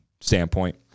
standpoint